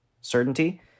certainty